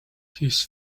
his